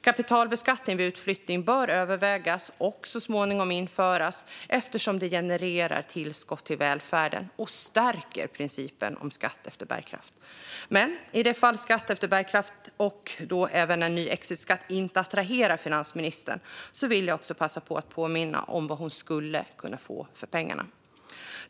Kapitalbeskattning vid utflyttning bör övervägas och så småningom införas eftersom det genererar tillskott till välfärden och stärker principen om skatt efter bärkraft. Men i det fall skatt efter bärkraft och även en ny exitskatt inte attraherar finansministern vill jag passa på att påminna om vad hon skulle kunna få för pengarna.